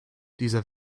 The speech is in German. dieser